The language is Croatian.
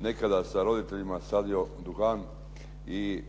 nekada sa roditeljima sadio duhan i